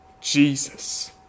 Jesus